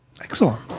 Excellent